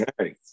Okay